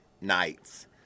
nights